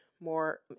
more